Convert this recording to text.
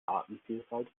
artenvielfalt